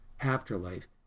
Afterlife